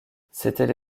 c’étaient